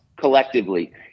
collectively